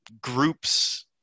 groups